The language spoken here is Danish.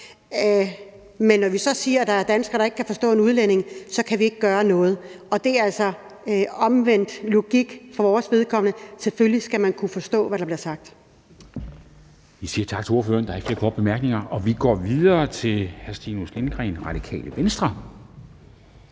Men når vi så siger, at der er danskere, der ikke kan forstå en udlænding, så kan man ikke gøre noget. Det er altså omvendt logik, synes vi. Selvfølgelig skal man kunne forstå, hvad der bliver sagt.